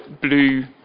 blue